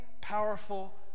powerful